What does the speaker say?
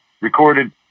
recorded